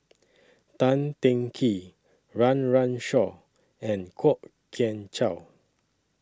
Tan Teng Kee Run Run Shaw and Kwok Kian Chow